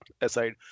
aside